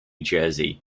jersey